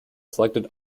selected